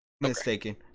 mistaken